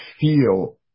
feel